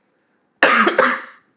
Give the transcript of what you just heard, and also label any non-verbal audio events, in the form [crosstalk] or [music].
[coughs]